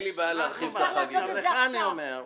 וצריך לעשות את זה עכשיו.